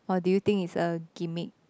or do you think it's a gimmick